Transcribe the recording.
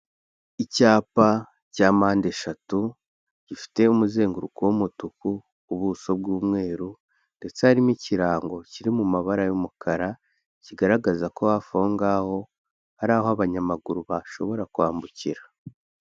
Icyapa cya mpandeshatu gifite umuzenguruko w'umutuku, ubuso bw'umweru ndetse harimo ikirango kiri mu mabara y'umukara, kigaragaza ko hafi aho ngaho, hari aho abanyamaguru bashobora kwambukira.